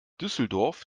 düsseldorf